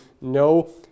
no